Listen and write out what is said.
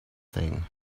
thing